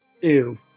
ew